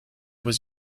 was